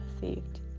saved